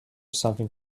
something